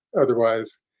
otherwise